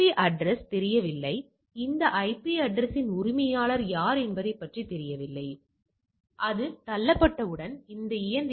0 என கணக்கிட்டோம் பாருங்கள் நாம் இன்மை கருதுகோளை ஏற்றுக்கொள்கிறோம்